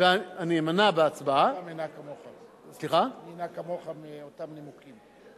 אני אמנע בהצבעה, אני אנהג כמוך, מאותם נימוקים.